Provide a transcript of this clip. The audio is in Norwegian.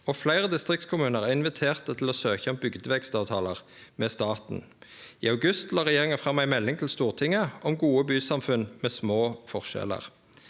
fleire distriktskommunar er inviterte til å søkje om bygdevekstavtalar med staten. I august la regjeringa fram ei melding til Stortinget om gode bysamfunn med små forskjellar.